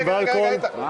בסמים ובאלכוהול (תיקון),